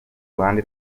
ruhande